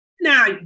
Now